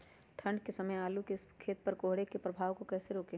ठंढ के समय आलू के खेत पर कोहरे के प्रभाव को कैसे रोके?